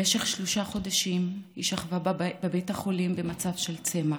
במשך שלושה חודשים היא שכבה בבית החולים במצב של צמח.